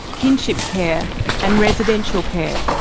kinship care and residential care.